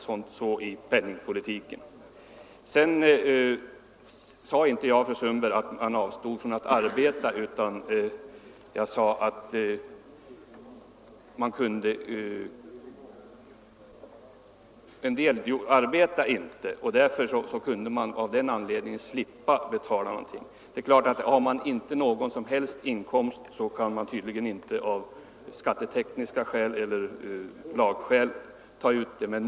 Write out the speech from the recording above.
Sedan sade jag inte, fru Sundberg, att dessa personer avstod från att arbeta för att slippa betala studieskulden. Jag sade helt enkelt att en del inte arbetar och av den anledningen kunde slippa att betala någonting. Har vederbörande inte någon som helst inkomst är det inte möjligt att ta ut någonting.